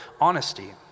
honesty